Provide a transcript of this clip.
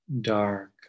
dark